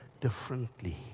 differently